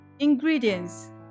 Ingredients